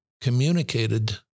communicated